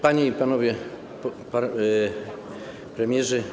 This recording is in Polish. Panie i Panowie Premierzy!